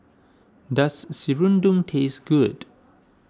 does Serunding taste good